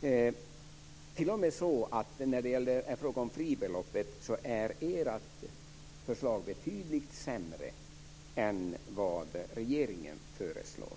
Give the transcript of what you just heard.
Det är t.o.m. så att ert förslag i fråga om fribeloppet är betydligt sämre än vad regeringen föreslår.